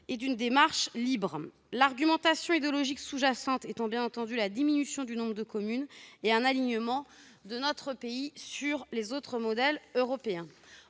et d'une démarche libre ? L'argumentation idéologique sous-jacente repose, bien entendu, sur la diminution du nombre de communes et sur un alignement de notre pays sur les autres modèles européens.